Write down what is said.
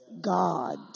God